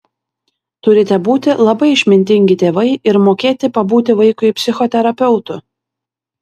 turite būti labai išmintingi tėvai ir mokėti pabūti vaikui psichoterapeutu